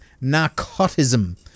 narcotism